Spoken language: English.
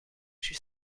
she